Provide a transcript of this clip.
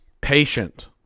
patient